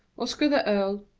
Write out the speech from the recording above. oscar the earl,